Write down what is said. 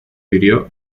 hirió